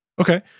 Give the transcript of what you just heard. Okay